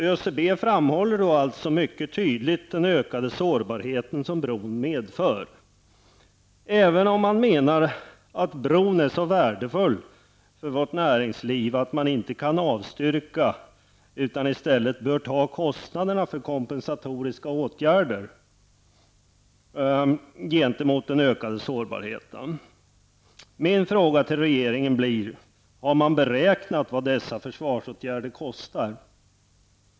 ÖCB framhåller mycket tydligt den ökade sårbarhet som bron medför, även om man menar att bron är så värdefull för vårt näringsliv att man inte kan avstyrka förslaget, utan i stället bör ta kostnaderna för kompensatoriska åtgärder på grund av den ökade sårbarheten. Min fråga till regeringen blir: Har man beräknat vad dessa försvarsåtgärder kostar?